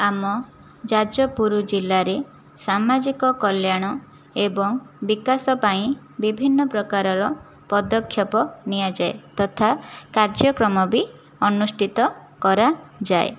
ଆମ ଯାଜପୁର ଜିଲ୍ଲାରେ ସାମାଜିକ କଲ୍ୟାଣ ଏବଂ ବିକାଶ ପାଇଁ ବିଭିନ୍ନ ପ୍ରକାରର ପଦକ୍ଷେପ ନିଆଯାଏ ତଥା କାର୍ଯ୍ୟକ୍ରମ ବି ଅନୁଷ୍ଠିତ କରାଯାଏ